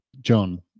John